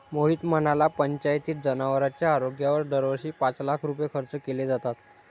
मोहित म्हणाला, पंचायतीत जनावरांच्या आरोग्यावर दरवर्षी पाच लाख रुपये खर्च केले जातात